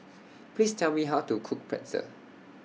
Please Tell Me How to Cook Pretzel